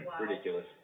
Ridiculous